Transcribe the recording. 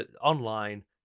online